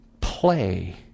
play